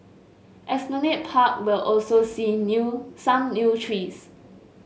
Esplanade Park will also see new some new trees